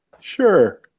Sure